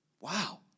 Wow